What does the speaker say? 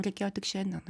reikėjo tik šiandien